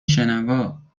شنوا